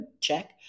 check